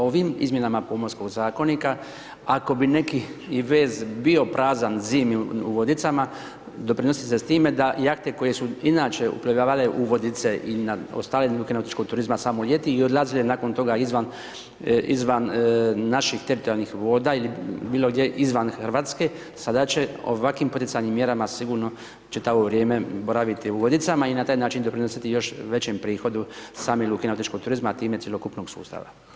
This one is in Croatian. Ovim izmjenama Pomorskog zakonika, ako bi neki i vez bio prazan zimi u Vodicama, doprinosi se s time da jahte koje su inače uplovljavale u Vodice ili na ostale luke nautičkog turizma samo ljeti i odlazile nakon toga izvan naših teritorijalnih voda ili bilo gdje izvan Hrvatske, sada će ovakvim ... mjerama sigurno će ta u vrijeme boraviti u Vodicama i na taj način doprinositi još većem prihodu same luke nautičkog turizma, a time i cjelokupnog sustava.